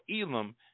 Elam